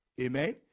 Amen